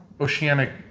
oceanic